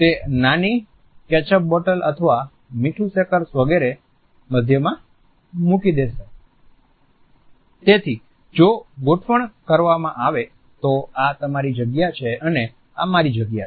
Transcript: તે નાની ketchup bottle અથવા મીઠું શેકર્સ વગેરે મધ્યમાં મૂકી દેતા હશે તેથી જો ગોઠવણ કરવામાં આવે તો આ તમારી જગ્યા છે અને આ મારી જગ્યા છે